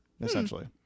essentially